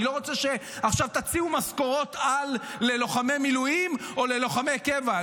אני לא רוצה עכשיו שתציעו משכורות-על ללוחמי מילואים או ללוחמי קבע.